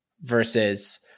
versus